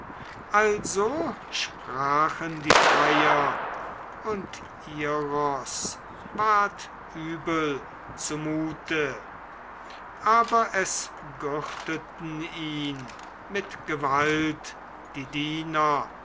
also sprachen die freier und iros ward übel zumute aber es gürteten ihn mit gewalt die diener